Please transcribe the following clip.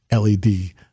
LED